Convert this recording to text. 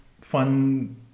fun